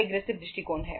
एक हेजिंग हैं